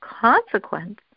consequence